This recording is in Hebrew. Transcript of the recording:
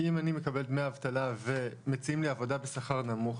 כי אם אני מקבל דמי אבטלה ומציעים לי עבודה בשכר נמוך,